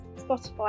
Spotify